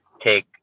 take